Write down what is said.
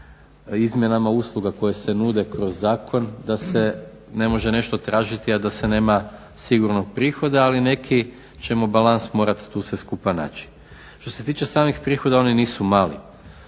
izmjenama usluga koje se nude kroz zakon da se ne može nešto tražiti, a da se nema sigurnog prihoda ali neki ćemo balans morati tu sve skupa naći. Što se tiče samih prihoda oni nisu mali.